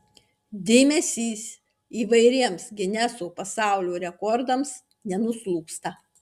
dėmesys įvairiems gineso pasaulio rekordams nenuslūgsta